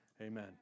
Amen